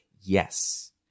yes